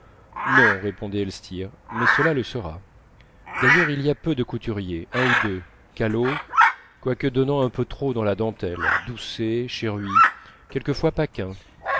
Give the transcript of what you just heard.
non répondait elstir mais cela sera d'ailleurs il y a peu de couturiers un ou deux callot quoique donnant un peu trop dans la dentelle doucet cheruit quelquefois